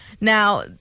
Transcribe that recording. Now